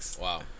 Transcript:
Wow